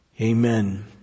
amen